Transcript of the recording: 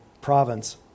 province